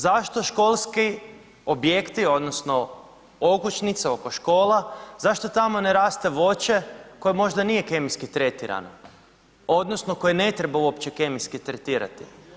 Zašto školski objekti, odnosno, okućnica oko škola, zašto tamo ne raste voće koje možda nije kemijski tretirano odnosno koje ne treba uopće kemijski tretirati.